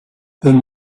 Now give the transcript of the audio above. then